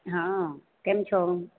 હા કેમ છો